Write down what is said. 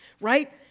right